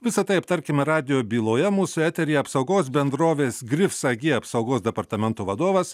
visa tai aptarkime radijo byloje mūsų eteryje apsaugos bendrovės grifs ag apsaugos departamento vadovas